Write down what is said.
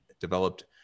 developed